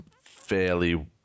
fairly